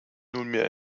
nunmehr